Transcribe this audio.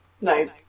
no